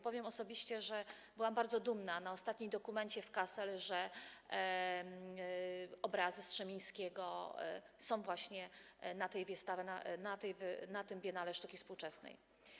Powiem, że osobiście byłam bardzo dumna na ostatniej documencie w Kassel, że obrazy Strzemińskiego są właśnie na tej wystawie, na tym biennale sztuki współczesnej.